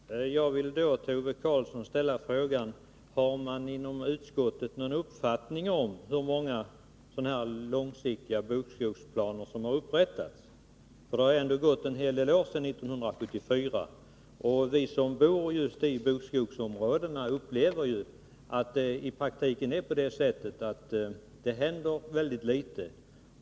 Fru talman! Jag vill till Ove Karlsson ställa frågan: Har man inom utskottet någon uppfattning om hur många långsiktiga bokskogsplaner som har upprättats? Det har ändå gått en hel del år sedan 1974, och vi som bor i bokskogsområdena upplever att det i praktiken händer väldigt litet.